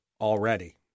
already